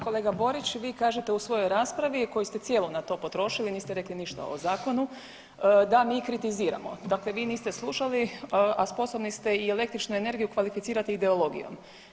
Kolega Borić, vi kažete u svojoj raspravi koju ste cijelu na to potrošili, a niste rekli ništa o zakonu, da mi kritiziramo, dakle vi niste slušali, a sposobni ste i električnu energiju kvalificirati ideologijom.